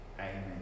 amen